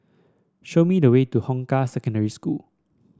show me the way to Hong Kah Secondary School